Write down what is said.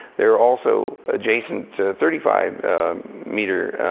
there are also adjacent to thirty five meter